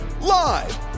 live